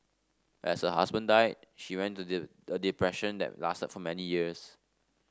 as her husband died she went to a depression that lasted for many years